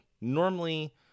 Normally